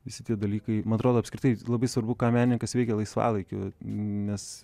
visi tie dalykai man atrodo apskritai labai svarbu ką menininkas veikia laisvalaikiu nes